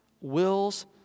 wills